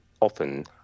often